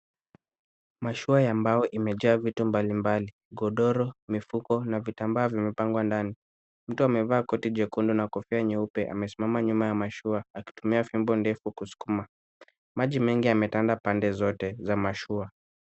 Mashua ya mbao imejaa vitu mbalimbali. Godoro, mifuko na vitambaa vimepangwa ndani. Mtu amevaa koti jekundi na kofia nyeupe amesimama nyuma ya mashua akitumia fimbo ndefu kusukuma. Maji mengi yametanda pande zote za mashua.